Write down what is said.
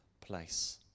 place